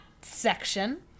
section